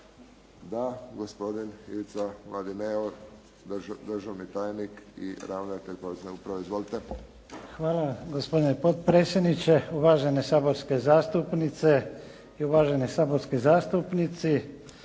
Da. Gospodin Ivica Mladineo državni tajnik i ravnatelj Porezne uprave. Izvolite. **Mladineo, Ivica** Hvala. Gospodine potpredsjedniče, uvažene saborske zastupnice, uvaženi saborski zastupnici.